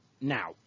now